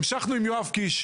המשכנו עם יואב קיש,